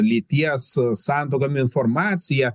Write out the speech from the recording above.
lyties santuokom informacija